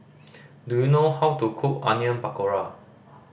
do you know how to cook Onion Pakora